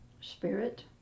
spirit